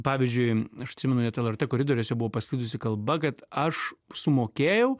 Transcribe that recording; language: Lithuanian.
pavyzdžiui aš atsimenu net lrt koridoriuose buvo pasklidusi kalba kad aš sumokėjau